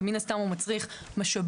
ומן הסתם הוא מצריך משאבים,